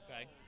Okay